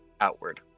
outward